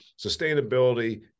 sustainability